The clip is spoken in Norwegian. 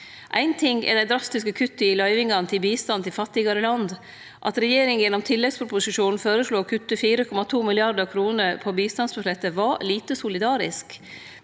Éin ting er dei drastiske kutta i løyvingane til bistand til fattigare land. At regjeringa gjennom tilleggsproposisjonen føreslo å kutte 4,2 mrd. kr på bistandsbudsjettet, var lite solidarisk.